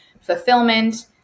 fulfillment